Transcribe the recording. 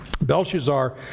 Belshazzar